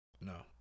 No